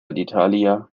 d’italia